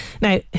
Now